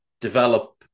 develop